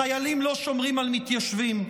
חיילים לא שומרים על מתיישבים.